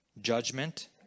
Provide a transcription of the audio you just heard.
judgment